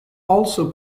also